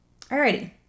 Alrighty